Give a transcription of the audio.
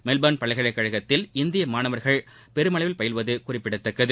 Melbourne பல்கலைக்கழகத்தில் இந்திய மாணவர்கள் பெருமளவில் பயில்வது குறிப்பிடத்தக்கது